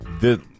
The-